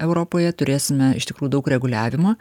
europoje turėsime iš tikrųjų daug reguliavimo